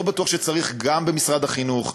לא בטוח שצריך גרעינים גם במשרד החינוך,